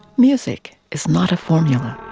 music is not a formula.